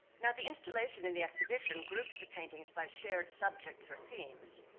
now the installation and the exhibition groups the paintings by shared subjects, or themes.